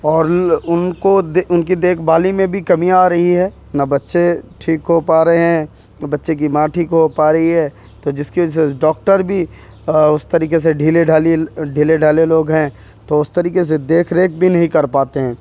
اور ان کو ان کی دیکھ بھالی میں بھی کمیاں آ رہی ہے نہ بچّے ٹھیک ہو پا رہے ہیں نہ بچّے کی ماں ٹھیک ہو پا رہی ہے تو جس کی وجہ سے ڈاکٹر بھی اس طریقے سے ڈھیلے ڈھالی ڈھیلے ڈھالے لوگ ہیں تو اس طریقے سے دیکھ ریکھ بھی نہیں کر پاتے ہیں